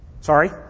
Sorry